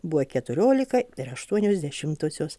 buvo keturiolika ir aštuonios dešimtosios